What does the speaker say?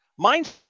mindset